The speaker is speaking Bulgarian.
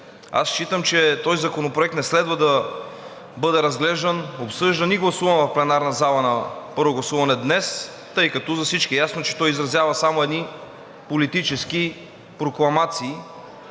считам, че този законопроект не следва да бъде разглеждан, обсъждан и гласуван в пленарната зала на първо гласуване днес, тъй като за всички е ясно, че той изразява само едни политически прокламации